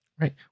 Right